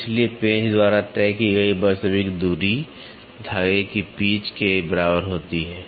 इसलिए पेंच द्वारा तय की गई वास्तविक दूरी धागे की पिच के बराबर होती है